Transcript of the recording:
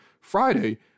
friday